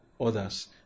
others